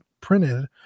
printed